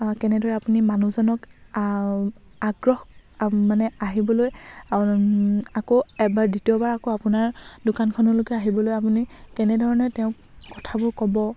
কেনেদৰে আপুনি মানুহজনক আগ্ৰহ মানে আহিবলৈ আকৌ এবাৰ দ্বিতীয়বাৰ আকৌ আপোনাৰ দোকানখনলৈকে আহিবলৈ আপুনি কেনেধৰণে তেওঁক কথাবোৰ ক'ব